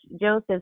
Joseph